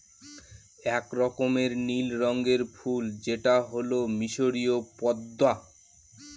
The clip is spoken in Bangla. এক রকমের নীল রঙের ফুল যেটা হল মিসরীয় পদ্মা